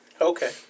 okay